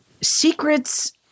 secrets